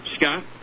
Scott